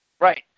Right